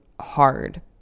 hard